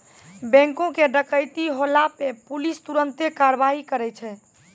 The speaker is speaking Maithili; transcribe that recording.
बैंको के डकैती होला पे पुलिस तुरन्ते कारवाही करै छै